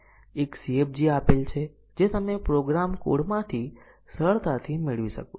પહેલાનાં ઉદાહરણોની જેમ જ અને કઈ જોડી સ્વતંત્ર મૂલ્યાંકન પ્રાપ્ત કરે છે તે શોધો